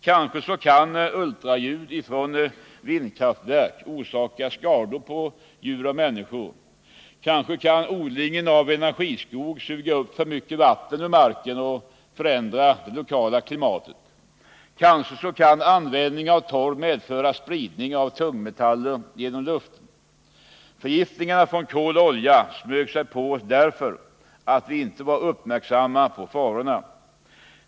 Kanske kan ultraljud från vindkraftverk orsaka skador på djur och människor, kanske kan odlingen av energiskog suga upp för mycket vatten ur marken och förändra det lokala klimatet, kanske kan användning av torv medföra spridning av tungmetaller genom luften. Förgiftningarna från kol och olja smög sig på oss därför att vi inte var uppmärksamma på farorna.